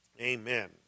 Amen